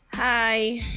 Hi